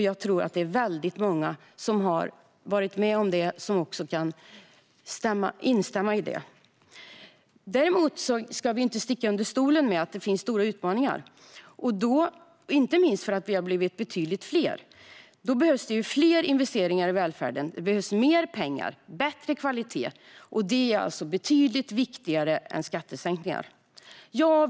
Jag tror att det är väldigt många som varit med om liknande saker och kan instämma. Däremot ska vi inte sticka under stol med att det finns stora utmaningar, inte minst eftersom vi har blivit betydligt fler i Sverige. Då behövs det fler investeringar i välfärden. Det behövs mer pengar och bättre kvalitet. Det är betydligt viktigare än skattesänkningar.